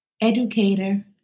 educator